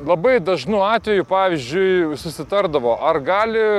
labai dažnu atveju pavyzdžiui susitardavo ar gali